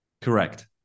Correct